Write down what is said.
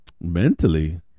Mentally